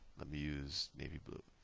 let me use navy blue.